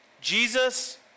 Jesus